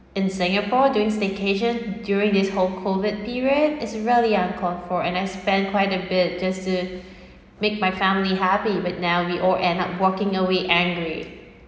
in singapore during staycation during this whole COVID period it's really uncalled for and I spent quite a bit just to make my family happy but now we all end up walking away angry